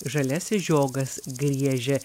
žaliasis žiogas griežia